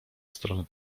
strony